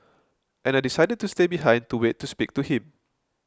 and I decided to stay behind to wait to speak to him